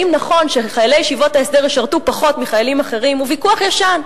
האם נכון שחיילי ישיבות ההסדר ישרתו פחות מחיילים אחרים הוא ויכוח ישן.